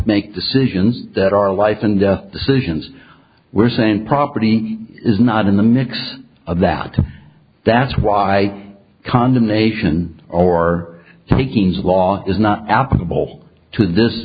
make decisions that are life and death decisions were sent property is not in the mix of that and that's why condemnation or takings law is not applicable to this